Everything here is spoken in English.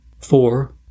Four